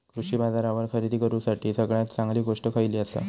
कृषी बाजारावर खरेदी करूसाठी सगळ्यात चांगली गोष्ट खैयली आसा?